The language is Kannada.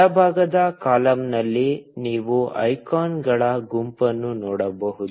ಎಡಭಾಗದ ಕಾಲಮ್ನಲ್ಲಿ ನೀವು ಐಕಾನ್ಗಳ ಗುಂಪನ್ನು ನೋಡಬಹುದು